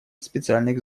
специальных